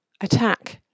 Attack